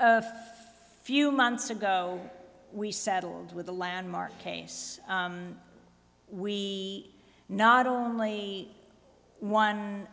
you few months ago we settled with a landmark case we not only won